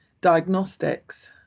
diagnostics